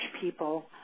people